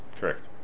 Correct